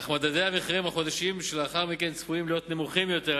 אך מדדי המחירים בחודשים שלאחר מכן צפויים להיות נמוכים יותר.